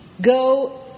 go